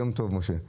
יום טוב, משה.